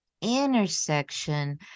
intersection